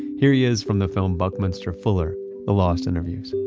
here he is from the film, buckminster fuller the lost interviews.